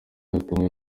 yatunguwe